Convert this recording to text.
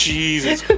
Jesus